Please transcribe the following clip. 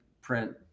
print